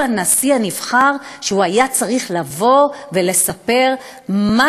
הוא הנשיא הנבחר שהוא היה צריך לבוא ולספר מה